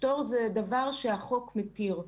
פטור זה דבר שהחוק מתיר.